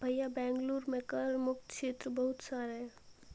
भैया बेंगलुरु में कर मुक्त क्षेत्र बहुत सारे हैं